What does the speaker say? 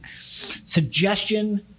suggestion